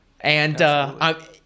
And-